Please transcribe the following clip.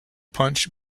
punch